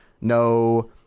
no